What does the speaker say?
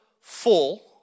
full